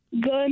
Good